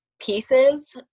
pieces